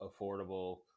affordable